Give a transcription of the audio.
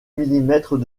millimètres